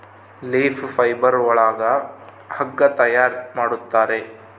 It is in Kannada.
ಲೀಫ್ ಫೈಬರ್ ಒಳಗ ಹಗ್ಗ ತಯಾರ್ ಮಾಡುತ್ತಾರೆ